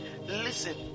listen